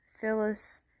Phyllis